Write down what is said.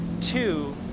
two